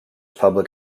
public